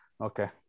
Okay